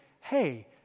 Hey